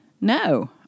No